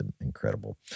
incredible